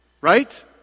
Right